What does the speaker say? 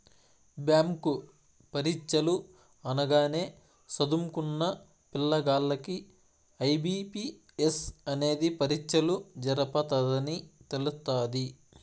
bank పరీచ్చలు అనగానే సదుంకున్న పిల్లగాల్లకి ఐ.బి.పి.ఎస్ అనేది పరీచ్చలు జరపతదని తెలస్తాది